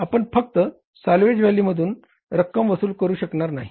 आपण फक्त साल्व्हेज व्हॅल्यूमधून रक्कम वसूल करू शकणार नाहीत